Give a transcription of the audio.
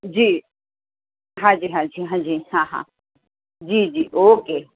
જી હાંજી હાંજી હાંજી હા હા જીજી ઓકે